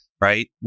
right